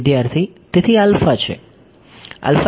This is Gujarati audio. વિદ્યાર્થી તેથી આલ્ફા છે